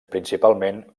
principalment